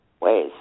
ways